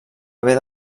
haver